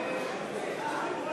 סליחה,